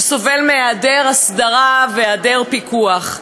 שסובל מהיעדר הסדרה ומהיעדר פיקוח.